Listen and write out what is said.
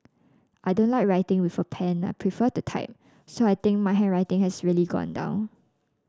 I don't like writing with a pen I prefer to type so I think my handwriting has really gone down